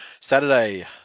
Saturday